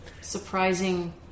surprising